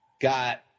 got